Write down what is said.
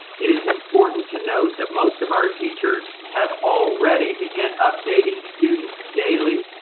it is important to note that most of our teachers have already began updating students daily,